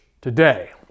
today